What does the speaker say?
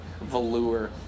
velour